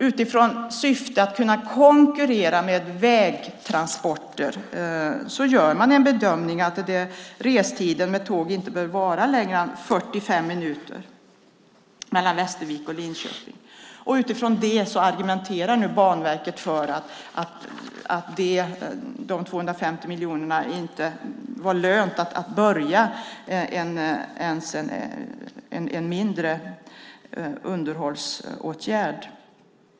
Utifrån syftet att konkurrera med vägtransporter gör Banverket bedömningen att restiden med tåg Västervik-Linköping inte bör vara längre än 45 minuter. Banverket tycker att de 250 miljonerna inte hade gjort det lönt att påbörja ens en mindre underhållsåtgärd.